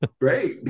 great